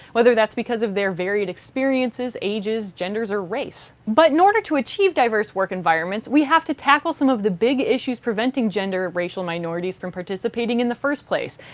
whether that's because of their varied experiences, ages, genders, or race, but in order to achieve diverse work environments, we have to tackle some of the big issues preventing gender-racial minorities from participating in the first place,